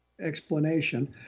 explanation